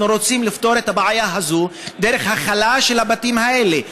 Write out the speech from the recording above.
אנחנו רוצים לפתור את הבעיה הזו דרך הכלה של הבתים האלה.